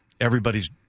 everybody's